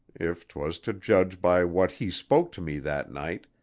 if twas to judge by what he spoke to me that night,